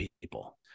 people